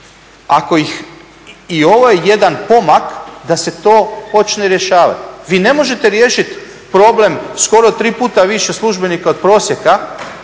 i ovo je jedan pomak da se to počne rješavati. Vi ne možete riješiti problem skoro tri puta više službenika od prosjeka